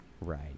right